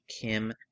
Kim